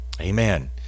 amen